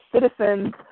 citizens